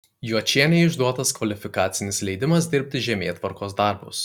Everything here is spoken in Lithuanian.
juočienei išduotas kvalifikacinis leidimas dirbti žemėtvarkos darbus